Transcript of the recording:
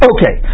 Okay